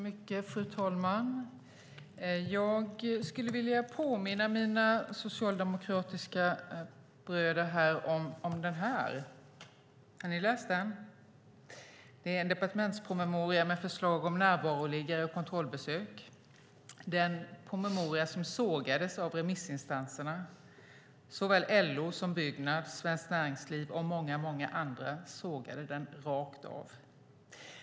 Fru talman! Jag skulle vilja påminna mina socialdemokratiska bröder om den här. Har ni läst den? Det är en departementspromemoria med förslag om närvaroliggare och kontrollbesök. Det är den promemoria som sågades av remissinstanserna. Såväl LO som Byggnads, Svenskt Näringsliv och många andra sågade den rakt av.